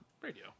Radio